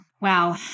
Wow